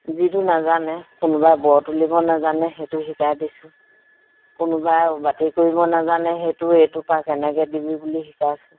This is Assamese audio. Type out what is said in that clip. যিটো নাজানে কোনোবাই বৰ তুলিব নাজানে সেইটো শিকাই দিছোঁ কোনোবাই বাতি কৰিব নাজানে সেইটো এইটো পা কেনেকে দিবি বুলি শিকাইছোঁ